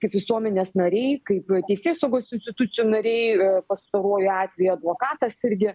kaip visuomenės nariai kaip teisėsaugos institucijų nariai pastaruoju atveju advokatas irgi